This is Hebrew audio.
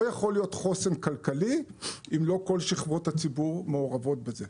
לא יכול להיות חוסן כלכלי אם לא כל שכבות הציבור מעורבות בזה,